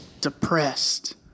depressed